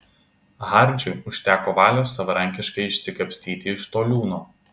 hardžiui užteko valios savarankiškai išsikapstyti iš to liūno